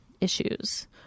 issues